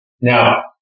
Now